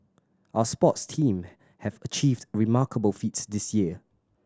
our sports team have achieved remarkable feats this year